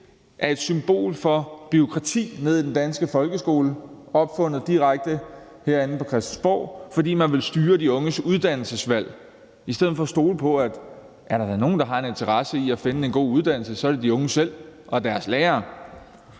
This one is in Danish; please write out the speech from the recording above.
og et symbol for bureaukrati i den danske folkeskole, opfundet direkte herinde på Christiansborg, fordi man ville styre de unges uddannelsesvalg i stedet for at stole på, at hvis der er nogen, der har en interesse i at finde en god uddannelse, så er det de unge selv og deres lærere.